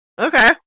Okay